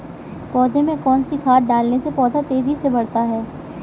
पौधे में कौन सी खाद डालने से पौधा तेजी से बढ़ता है?